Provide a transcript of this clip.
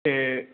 ਤੇ